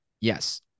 Yes